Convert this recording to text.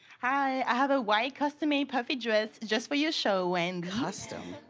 hi, i have a white custom-made puffy dress, just for your show, wendy. custom.